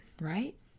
right